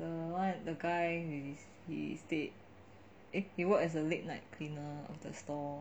the one the guy he's he is dead he worked as a late night cleaner of the store